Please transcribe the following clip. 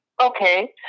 Okay